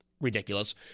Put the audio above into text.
ridiculous